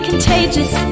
Contagious